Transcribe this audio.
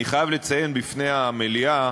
אני חייב לציין בפני המליאה